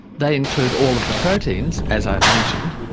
they include all of the proteins, as i have mentioned,